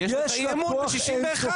כי יש את האי אמון ב- 61,